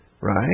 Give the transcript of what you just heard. Right